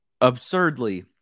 absurdly